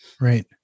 Right